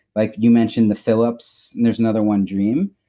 like you mentioned the philips, and there's another one, dream.